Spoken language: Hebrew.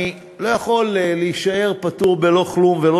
אני לא יכול להישאר פטור בלא כלום ולא